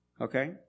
okay